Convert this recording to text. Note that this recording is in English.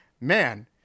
man